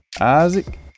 Isaac